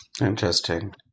Interesting